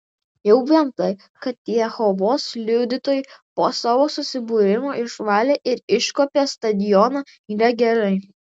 jau vien tai kad jehovos liudytojai po savo susibūrimo išvalė ir iškuopė stadioną yra gerai